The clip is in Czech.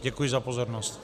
Děkuji za pozornost.